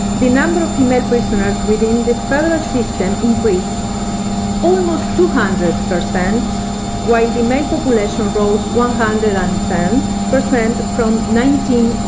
the number of female prisoners within the federal system increased almost two hundred, while the male population rose one hundred and ten percent from one